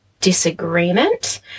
disagreement